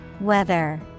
Weather